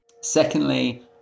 Secondly